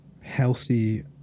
healthy